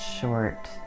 short